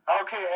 Okay